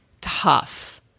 tough